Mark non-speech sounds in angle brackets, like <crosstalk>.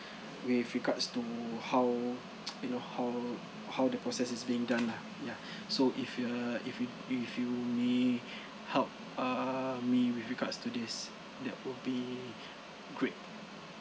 with regards to how <noise> you know how how the process is being done lah ya so if you err if you if you may help err me with regards to this that would be great